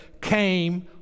came